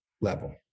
level